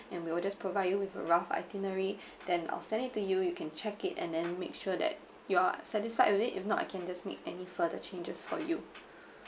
and we'll just provide you with a rough itinerary then I'll send it to you you can check it and then make sure that you are satisfied with it if not I can just make any further changes for you